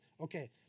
Okay